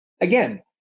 Again